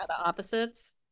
opposites